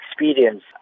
experience